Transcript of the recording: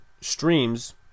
streams